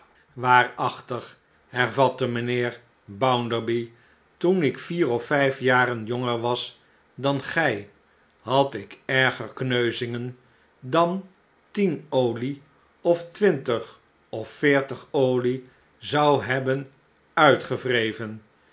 waarachtig hervatte mijnheer bounderby toen ik vier of vijf jaren jonger was dan gij had ik erger kneuzingen dan tien olie of twintig of veertig olie zou hebben uitgewreven